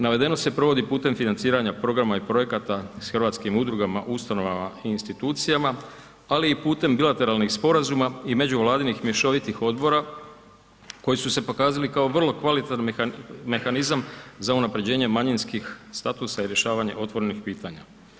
Navedeno se provodi putem financiranja programa i projekata s hrvatskim udrugama, ustanovama i institucijama ali i putem bilateralnih sporazuma i međuvladinih mješovitih odbora koji su se pokazali kao vrlo kvalitetan mehanizam za unaprjeđenje manjinskih statusa i rješavanje otvorenih pitanja.